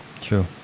True